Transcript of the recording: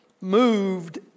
moved